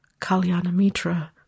Kalyanamitra